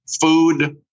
food